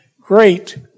Great